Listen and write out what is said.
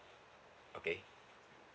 okay